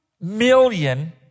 million